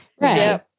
right